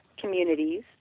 communities